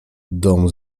dom